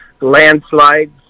landslides